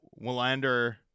Willander